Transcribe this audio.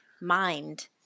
mind